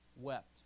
wept